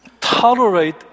tolerate